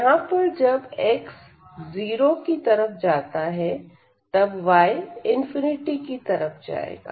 यहां पर जब x→0 जाता है तब y →∞ जाएगा